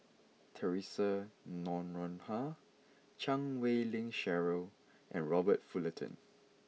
Theresa Noronha Chan Wei Ling Cheryl and Robert Fullerton